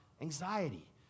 anxiety